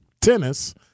tennis